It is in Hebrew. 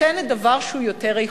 נותנת דבר שהוא יותר איכותי.